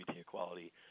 equality